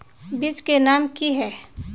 बीज के नाम की है?